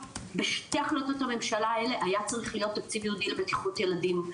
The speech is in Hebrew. בשתי החלטות הממשלה האלה היה צריך להיות תקציב ייעודי לבטיחות ילדים,